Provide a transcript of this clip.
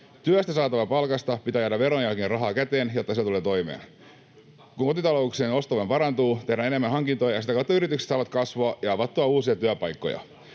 Työstä saatavasta palkasta pitää jäädä verojen jälkeen rahaa käteen, jotta sillä tulee toimeen. [Tuomas Kettunen: Hyvä, hyvä!] Kun kotitalouksien ostovoima parantuu, tehdään enemmän hankintoja ja sitä kautta yritykset saavat kasvua ja avattua uusia työpaikkoja.